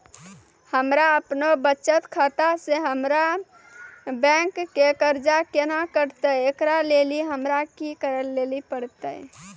हमरा आपनौ बचत खाता से हमरौ बैंक के कर्जा केना कटतै ऐकरा लेली हमरा कि करै लेली परतै?